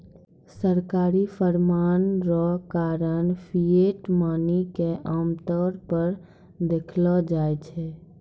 सरकारी फरमान रो कारण फिएट मनी के आमतौर पर देखलो जाय छै